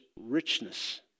richness